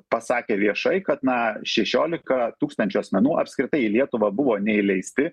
pasakė viešai kad na šešiolika tūkstančių asmenų apskritai į lietuvą buvo neįleisti